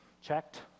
Checked